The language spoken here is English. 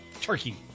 turkey